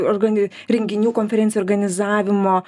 organi renginių konferencijų organizavimo